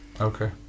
Okay